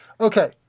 Okay